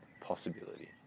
possibility